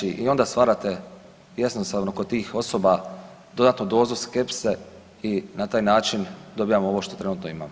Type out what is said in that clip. I onda stvarate jednostavno kod tih osoba dodatnu dozu skepse i na taj način dobijamo ovo što trenutno imamo.